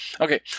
Okay